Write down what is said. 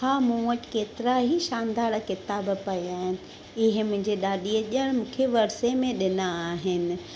हा मूं वटि केतिरा ई शानदार किताब पिया आहिनि इहे मुंहिंजे ॾाॾीअ ॼणु मूंखे वरसे में ॾिना आहिनि